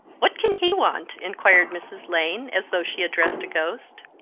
what can he want? inquired mrs. lane, as though she addressed a ghost.